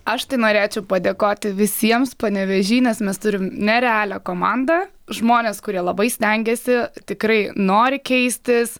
aš tai norėčiau padėkoti visiems panevėžy nes mes turim nerealią komandą žmonės kurie labai stengiasi tikrai nori keistis